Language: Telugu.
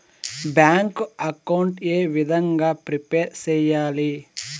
బ్యాంకు అకౌంట్ ఏ విధంగా ప్రిపేర్ సెయ్యాలి?